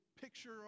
picture